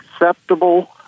acceptable